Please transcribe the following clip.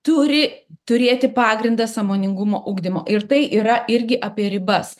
turi turėti pagrindą sąmoningumo ugdymo ir tai yra irgi apie ribas